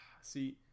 See